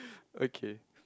okay